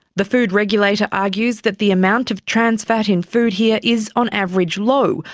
the food regulator argues that the amount of trans fat in food here is, on average, low,